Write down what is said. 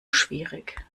schwierig